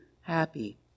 happy